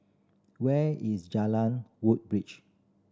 where is Jalan Woodbridge